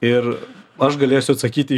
ir aš galėsiu atsakyti